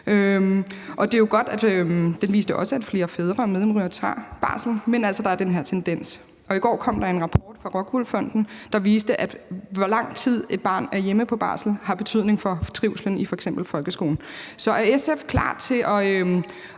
med til at indføre. De viste også, at flere fædre og medmødre tager barsel, men at der altså er den her tendens. Og i går kom der en rapport fra ROCKWOOL Fonden, der viste, at den tid, et barn er hjemme på barsel, har en betydning for trivslen i f.eks. folkeskolen. Så er SF klar til at